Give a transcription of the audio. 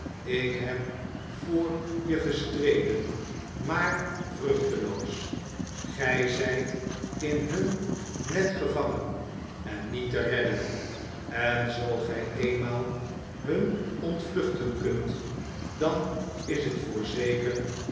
ik heb voor je gestreden maar vruchteloos gij zijt in hun net gevangen en niet te redden en zoo gij eenmaal hun ontvluchten kunt dan is het